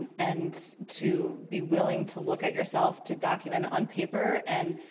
and to be willing to look at yourself, to document it on paper. and